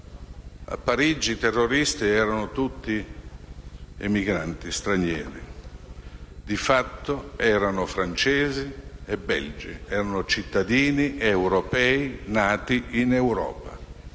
colpito quella città erano tutti emigranti stranieri: di fatto erano francesi e belgi, ovvero cittadini europei nati in Europa;